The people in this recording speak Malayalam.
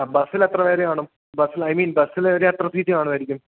ആ ബസില് എത്ര പേര് കാണും ബസിൽ ഐ മീൻ ബസിലൊരു എത്ര സീറ്റ് കാണുമായിരിക്കും